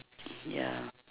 ya